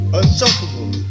unstoppable